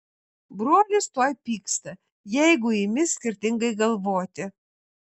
brolis tuoj pyksta jeigu imi skirtingai galvoti